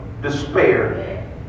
despair